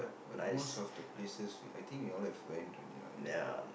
but most of the places I think you all have went already